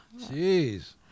Jeez